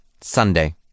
Sunday